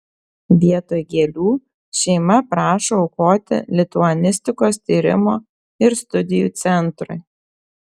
vietoj gėlių šeima prašo aukoti lituanistikos tyrimo ir studijų centrui